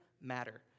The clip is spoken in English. matter